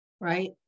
right